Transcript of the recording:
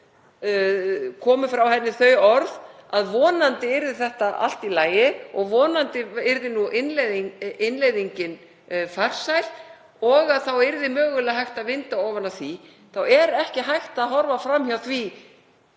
Kristjánsdóttur, að vonandi yrði þetta allt í lagi og vonandi yrði innleiðingin farsæl og að þá yrði mögulega hægt að vinda ofan af því, þá er ekki hægt að horfa fram hjá því